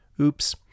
Oops